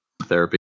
therapy